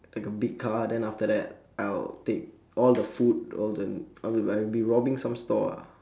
like a big car then after that I'll take all the food all the I would I'll be robbing some store ah